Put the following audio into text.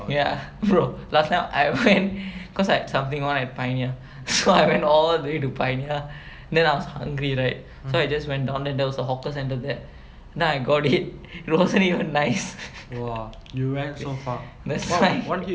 ya bro last time I went cause I had something on at pioneer so I went all the way to pioneer then I was hungry right so I just went down and there as the hawker centre there then I got it it wasn't even nice that's why